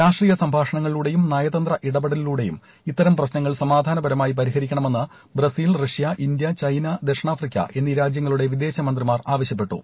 രാഷ്ട്രീയ സംഭാഷണങ്ങളി ലൂടെയും നയതന്ത്ര ഇടപെടലി്ലൂടെയും ഇത്തരം പ്രശ്നങ്ങൾ സമാധാനപരമായി പരിഹരിക്കണമെന്ന് ില്ലബസീൽ റഷ്യ ഇന്ത്യ ചൈന ദക്ഷിണാഫ്രിക്ക എന്നീ രാജ്ട്ട്ടിട്ടുള്ളുടെ വിദേശമന്ത്രിമാർ ആവശ്യപ്പെട്ടു